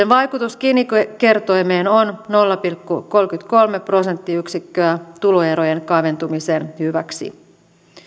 vaikutus gini kertoimeen on nolla pilkku kolmekymmentäkolme prosenttiyksikköä tuloerojen kaventumisen hyväksi